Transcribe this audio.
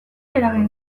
eragin